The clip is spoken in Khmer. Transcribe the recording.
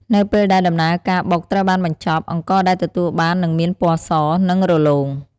នៅពេលដែលដំណើរការបុកត្រូវបានបញ្ចប់ អង្ករដែលទទួលបាននឹងមានពណ៌ស និងរលោង។